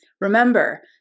remember